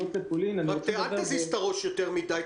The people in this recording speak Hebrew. לפולין בכללי אצבע שמדברים על גביית הכספים,